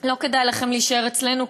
לא כדאי לכם להישאר אצלנו,